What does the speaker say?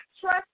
trust